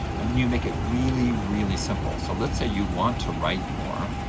and then you make it really, really simple. so let's say you want to write more.